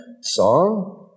song